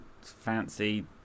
fancy